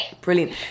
Brilliant